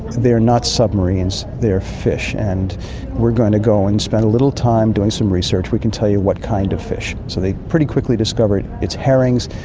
they are not submarines, they are fish, and we're going to go and spend a little time doing some research. we can tell you what kind of fish. so they pretty quickly discovered it's herrings,